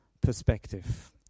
perspective